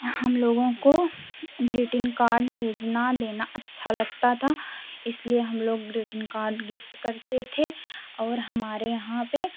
हम लोगों को ग्रीटिंग कार्ड भेजना देना अच्छा लगता था इसलिए हम लोग ग्रीटिंग कार्ड गिफ्ट करते थे और हमारे यहाँ पे